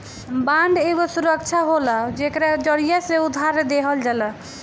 bond एगो सुरक्षा होला जेकरा जरिया से उधार देहल जाला